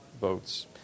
votes